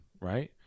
right